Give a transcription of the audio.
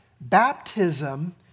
baptism